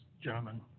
gentlemen